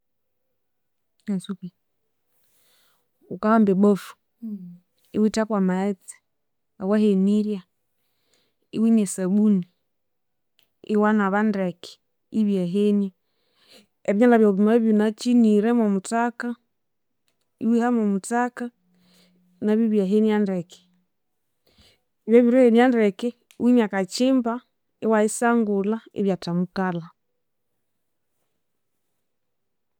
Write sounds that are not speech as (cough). (noise) wukahamba ebafu, iwutha kwamaghetse awahenirye iwimya esabuni, iwanaba ndeke ibyahenia. Ebinyalha byawu byamabya ibinakyinire mwomuthaka, iwiha mwomuthaka nabyu byahenia ndeke. Byabirihenia ndeke iwimya a kakyimba iwayisangulha ibyathamukalha